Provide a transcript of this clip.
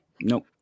Nope